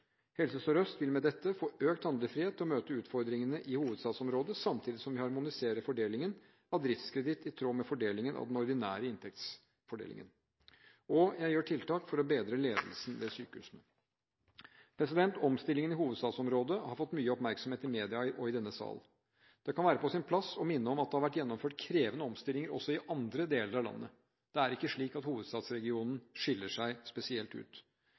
Helse Sør-Øst vil med dette få økt handlefrihet til å møte utfordringene i hovedstadsområdet, samtidig som vi harmoniserer fordelingen av driftskreditt i tråd med fordelingen av den ordinære inntektsfordelingen. Jeg gjør også tiltak for å bedre ledelsen ved sykehusene. Omstillingene i hovedstadsområdet har fått mye oppmerksomhet i media og i denne salen. Det kan være på sin plass å minne om at det har vært gjennomført krevende omstillinger også i andre deler av landet. Det er ikke slik at hovedstadregionen skiller seg spesielt ut.